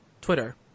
Twitter